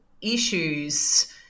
issues